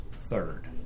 third